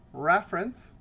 reference.